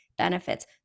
benefits